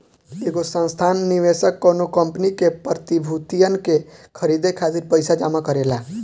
एगो संस्थागत निवेशक कौनो कंपनी के प्रतिभूतियन के खरीदे खातिर पईसा जमा करेला